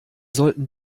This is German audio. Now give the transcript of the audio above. sollten